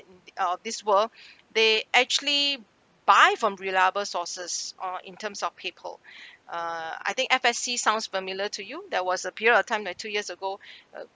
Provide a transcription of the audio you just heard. uh this world they actually buy from reliable sources uh in terms of paper uh I think F_S_C sounds familiar to you that was a period of time like two years ago